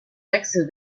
axes